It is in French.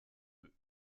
feu